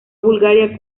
bulgaria